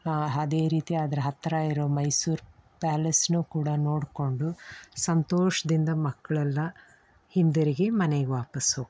ಅದೇ ರೀತಿ ಅದ್ರ ಹತ್ತಿರ ಇರೋ ಮೈಸೂರು ಪ್ಯಾಲೆಸನ್ನೂ ಕೂಡ ನೋಡಿಕೊಂಡು ಸಂತೋಷದಿಂದ ಮಕ್ಕಳೆಲ್ಲ ಹಿಂದಿರುಗಿ ಮನೆಗೆ ವಾಪಸ್ ಹೋಗ್ತಿದ್ವಿ